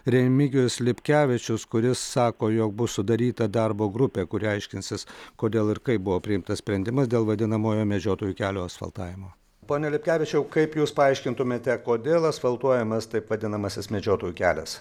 remigijus lipkevičius kuris sako jog bus sudaryta darbo grupė kuri aiškinsis kodėl ir kaip buvo priimtas sprendimas dėl vadinamojo medžiotojų kelio asfaltavimo pone lipkevičiau kaip jūs paaiškintumėte kodėl asfaltuojamas taip vadinamasis medžiotojų kelias